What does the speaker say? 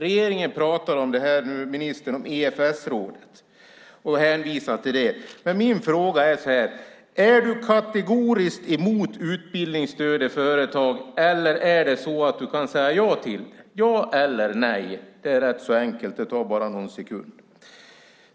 Ministern hänvisar nu till ESF-rådet. Men min fråga är: Är du kategoriskt emot utbildningsstöd i företag eller kan du säga ja till det? Svara ja eller nej! Det är rätt enkelt och tar bara någon sekund.